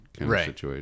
Right